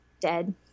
dead